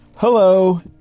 Hello